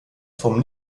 vom